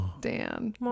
Dan